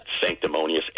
sanctimonious